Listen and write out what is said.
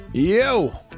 Yo